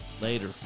Later